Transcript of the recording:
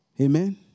Amen